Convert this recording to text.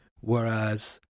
whereas